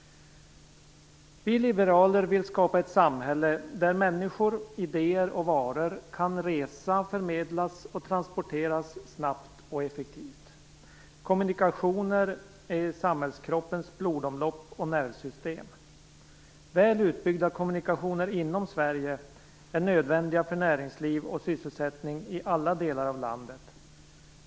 Vi liberaler vill skapa ett samhälle där människor, idéer och varor kan resa, förmedlas och transporteras snabbt och effektivt. Kommunikationer är samhällskroppens blodomlopp och nervsystem. Väl utbyggda kommunikationer inom Sverige är nödvändiga för näringsliv och sysselsättning i alla delar av landet.